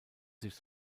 sich